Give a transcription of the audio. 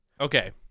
Okay